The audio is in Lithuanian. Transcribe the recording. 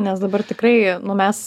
nes dabar tikrai nu mes